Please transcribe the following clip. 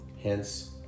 Hence